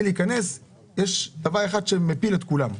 להיכנס יש דבר אחד שמפיל את כולנו.